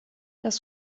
das